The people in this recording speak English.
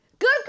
Good